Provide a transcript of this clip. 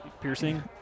piercing